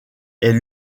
est